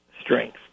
strength